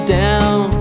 down